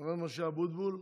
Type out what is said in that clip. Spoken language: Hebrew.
חבר הכנסת משה אבוטבול,